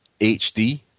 HD